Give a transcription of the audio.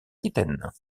aquitaine